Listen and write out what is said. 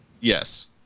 Yes